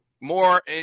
more